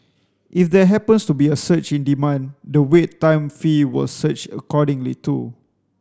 if there happens to be a surge in demand the Wait Time fee will surge accordingly too